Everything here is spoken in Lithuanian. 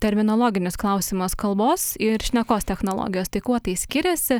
terminologinis klausimas kalbos ir šnekos technologijos tai kuo tai skiriasi